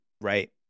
Right